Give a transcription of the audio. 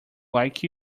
like